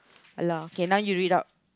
alah okay now you read out